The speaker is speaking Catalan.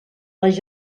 les